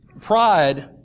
Pride